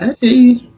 Hey